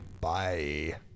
Bye